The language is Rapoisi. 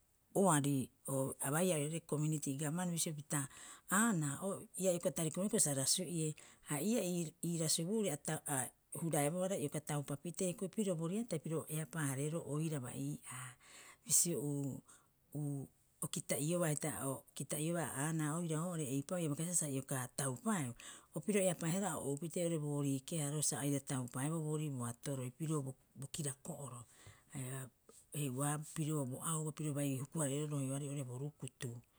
Oari o abaia oiraarei kominitii gavman bisio pita Aanaa o ia ioka tarikoupa sa rasu'ie. Ha ii'aa ii- ii rasubuuri a huraebohara ioka taupapitee hioko'i pirio bo riatai piro eapaa- hareeroo oiraba ii'aa. Bisio o kita'iobaa hita oo kita'iobaa Aanaa oira oo'ore eipa'oo ia baikasibaa sa ioka taupaeu. o piro eapaehara o oupitee oo'ore boorii keharo sa aira taupaeboo boorii boatoroi pirio bo kirako'oro haia heua pirio bo auba piro bai huku- hareero rohearei oo'ore bo rukutu